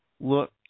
look